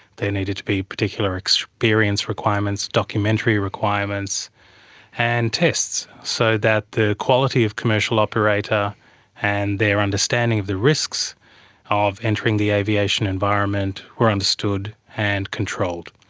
there needed to be particular experience requirements, documentary requirements and tests, so that the quality of commercial operator and their understanding of the risks of entering the aviation environment were understood and controlled.